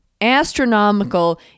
astronomical